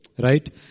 Right